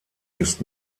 ist